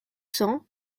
cents